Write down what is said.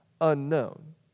unknown